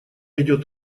идет